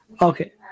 Okay